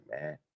man